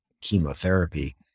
chemotherapy